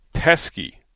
Pesky